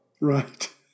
Right